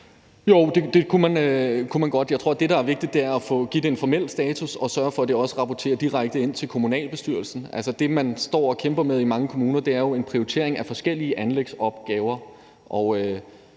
Jo, det kunne man godt. Jeg tror, det, der er vigtigt, er at give det en formel status og sørge for, at det også rapporteres direkte ind til kommunalbestyrelsen. Det, man står og kæmper med i mange kommuner, er jo en prioritering af forskellige anlægsopgaver, og